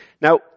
Now